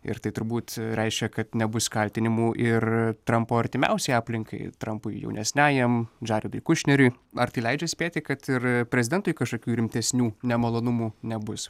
ir tai turbūt reiškia kad nebus kaltinimų ir trampo artimiausiai aplinkai trampui jaunesniajam džaredui kušneriui ar tai leidžia spėti kad ir prezidentui kažkokių rimtesnių nemalonumų nebus